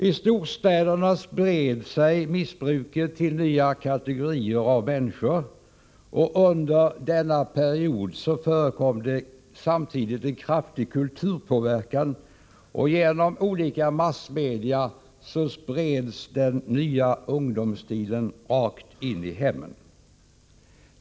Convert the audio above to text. I storstäderna spred sig missbruket till nya kategorier människor. Under denna period förekom samtidigt en kraftig kulturpåverkan. Genom olika massmedia spreds den nya ungdomsstilen rakt in i hemmen.